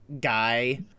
guy